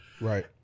Right